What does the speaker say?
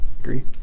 agree